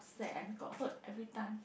~set and got hurt every time